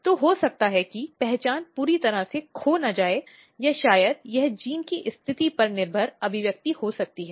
तो हो सकता है कि पहचान पूरी तरह से खो न जाए या शायद यह जीन की स्थिति पर निर्भर अभिव्यक्ति हो सकती है